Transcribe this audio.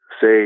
say